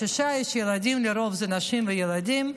יש אישה, יש ילדים, לרוב זה נשים וילדים,